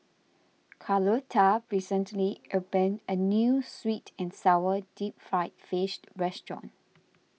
Carlotta recently opened a New Sweet and Sour Deep Fried Fish restaurant